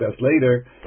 later